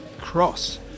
Cross